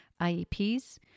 IEPs